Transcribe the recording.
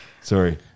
Sorry